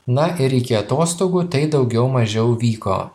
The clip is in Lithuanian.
na ir iki atostogų tai daugiau mažiau vyko